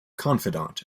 confidant